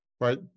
right